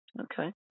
Okay